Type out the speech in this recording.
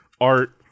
art